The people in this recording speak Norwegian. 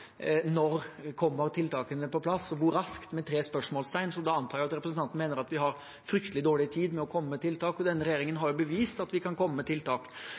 når tiltakene kommer på plass – hvor raskt – med tre spørsmålstegn. Da antar jeg at representanten mener vi har fryktelig dårlig tid med å komme med tiltak, og denne regjeringen har bevist at vi kan komme med tiltak.